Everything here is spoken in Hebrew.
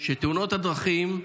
שתאונות הדרכים,